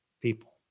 people